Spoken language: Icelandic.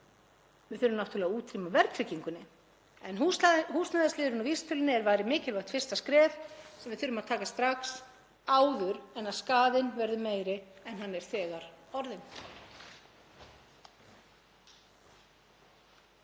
Við þurfum náttúrlega að útrýma verðtryggingunni en húsnæðisliðurinn í vísitölunni væri mikilvægt fyrsta skref sem við þurfum að taka strax, áður en skaðinn verður meiri en hann er þegar orðinn.